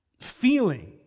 feeling